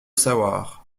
savoir